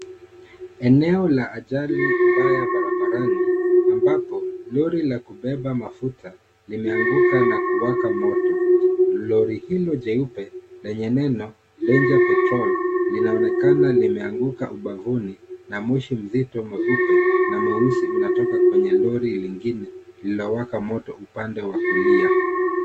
Eneo la ajali mbaya barabarani ambapo lori la kubeba mafuta limeanguka na kuwaka moto , lori hilo jeupe lenye neno danger petrol linaonekana limeanguka ubavuni na mzito mweupe na mweusi unatoka kwenye lori lingine lililowaka moto upande wa kulia.